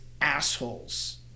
assholes